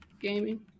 gaming